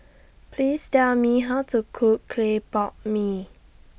Please Tell Me How to Cook Clay Pot Mee